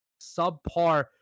subpar